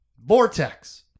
Vortex